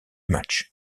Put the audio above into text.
match